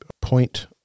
point